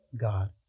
God